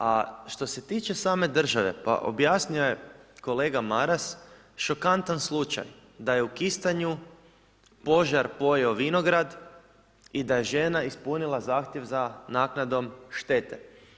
A što se tiče same države, pa objasnio je kolega Maras šokantan slučaj da je u Kistanju požar pojeo vinograd i da je žena ispunila zahtjev za naknadom štete.